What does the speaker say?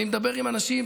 אני מדבר עם אנשים,